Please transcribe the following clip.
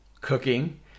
cooking